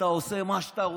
אתה עושה מה שאתה רוצה,